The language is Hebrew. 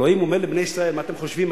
אלוהים אומר לבני ישראל: מה אתם חושבים,